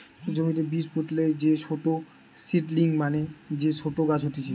জমিতে বীজ পুতলে যে ছোট সীডলিং মানে যে ছোট গাছ হতিছে